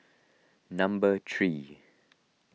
number three